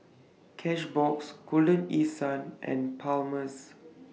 Cashbox Golden East Sun and Palmer's